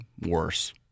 worse